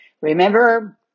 Remember